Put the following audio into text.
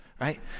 right